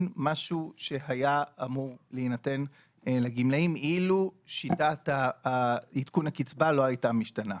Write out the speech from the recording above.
משהו שהיה אמור להינתן לגמלאים אילו שיטת עדכון הקצבה לא הייתה משתנה.